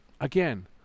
again